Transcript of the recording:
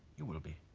you will be